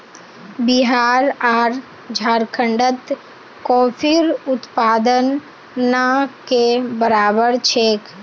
बिहार आर झारखंडत कॉफीर उत्पादन ना के बराबर छेक